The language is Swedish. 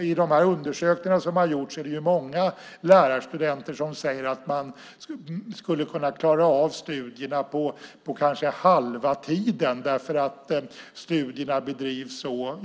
I de undersökningar som har gjorts är det många lärarstudenter som säger att de kanske skulle ha kunnat klara av studierna på halva tiden därför att studierna bedrivs så,